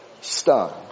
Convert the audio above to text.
stunned